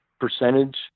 percentage